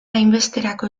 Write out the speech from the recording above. hainbesterako